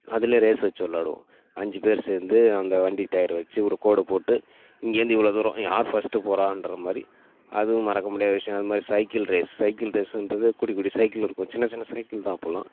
அதுல ரேஸ் வச்சு விளாடுவோம் அஞ்சு பேர் சேர்ந்து அந்த வண்டி டயர் வச்சு ஒரு கோடு போட்டு இங்கேந்து இவ்வளோ தூரம் யார் ஃபர்ஸ்ட்டு போகறான்ற மாதிரி அதுவும் மறக்க முடியாத விஷயம் அதுமாதிரி சைக்கிள் ரேஸ் சைக்கிள் ரேஸ்ஸுன்றது குட்டி குட்டி சைக்கிள் இருக்கும் சின்ன சின்ன சைக்கிள் தான் அப்போலாம்